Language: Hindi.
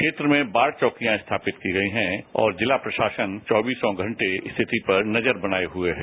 क्षेत्र में बाढ़ चौंकिया स्थापित की गई हैं और जिला प्रशासन चौंबीसों घंटे स्थिति पर नजर बनाए हुए है